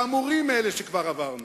חמורים מאלה שכבר עברנו,